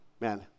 man